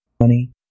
money